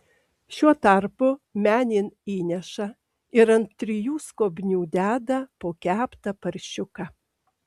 šiuo tarpu menėn įneša ir ant trijų skobnių deda po keptą paršiuką